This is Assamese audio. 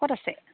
ক'ত আছে